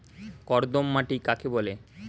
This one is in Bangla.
কর্দম মাটি কাকে বলে?